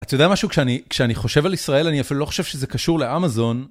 אתה יודע משהו? כשאני, כשאני חושב על ישראל, אני אפילו לא חושב שזה קשור לאמזון.